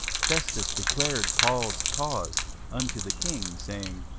festus declared paul's cause unto the king, saying,